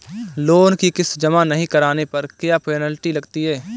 Loan की किश्त जमा नहीं कराने पर क्या पेनल्टी लगती है?